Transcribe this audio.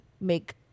make